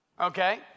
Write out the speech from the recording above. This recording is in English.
Okay